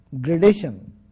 gradation